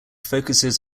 focuses